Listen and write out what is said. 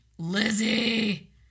Lizzie